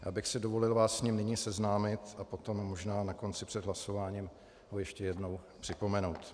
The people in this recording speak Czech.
Já bych si dovolil vás s ním nyní seznámit a potom možná na konci před hlasováním ho ještě jednou připomenout.